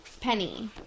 Penny